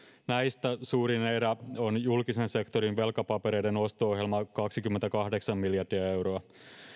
näistä suurin erä on julkisen sektorin velkapapereiden osto ohjelma kaksikymmentäkahdeksan miljardia euroa